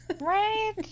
Right